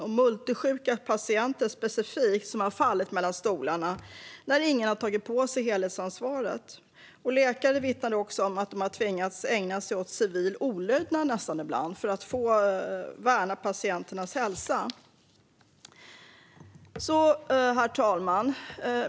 Det gäller specifikt multisjuka patienter, som har fallit mellan stolarna när ingen har tagit på sig helhetsansvaret. Läkare vittnar också om att man ibland tvingats att ägna sig åt civil olydnad, nästan, för att få värna patienternas hälsa. Herr talman!